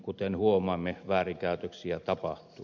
kuten huomaamme väärinkäytöksiä tapahtuu